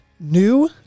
New